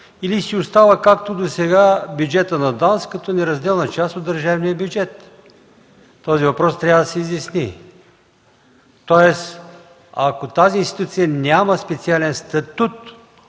или си остава както досега – бюджетът на ДАНС като неразделна част от държавния бюджет? Този въпрос трябва да се изясни! Ако тази институция няма специален статут